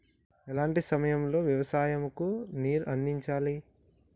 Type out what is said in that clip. ఎలాంటి సమయం లో వ్యవసాయము కు నీరు అందించాలి?